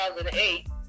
2008